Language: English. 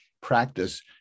practice